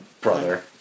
brother